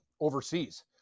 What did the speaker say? overseas